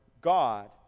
God